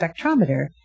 spectrometer